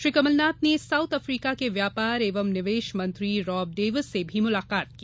श्री कमल नाथ ने South Africa के व्यापार एवं निवेश मंत्री रॉब डेविस से मुलाकात की